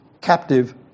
Captive